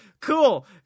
Cool